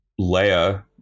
Leia